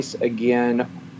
again